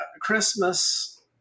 Christmas